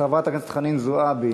חברת הכנסת חנין זועבי,